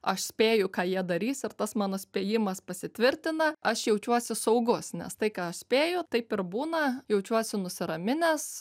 aš spėju ką jie darys ir tas mano spėjimas pasitvirtina aš jaučiuosi saugus nes tai ką aš spėju taip ir būna jaučiuosi nusiraminęs